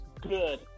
good